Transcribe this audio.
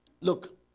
Look